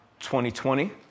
2020